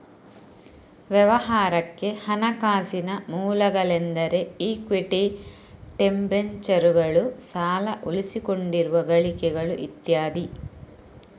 ವ್ಯವಹಾರಕ್ಕೆ ಹಣಕಾಸಿನ ಮೂಲಗಳೆಂದರೆ ಇಕ್ವಿಟಿ, ಡಿಬೆಂಚರುಗಳು, ಸಾಲ, ಉಳಿಸಿಕೊಂಡಿರುವ ಗಳಿಕೆಗಳು ಇತ್ಯಾದಿ